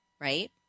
right